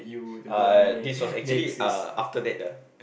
uh this was actually uh after that ah